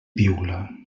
piula